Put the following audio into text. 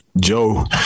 Joe